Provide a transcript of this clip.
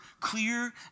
clear